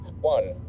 One